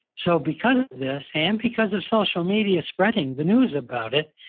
so because of this and because of social media spreading the news about it,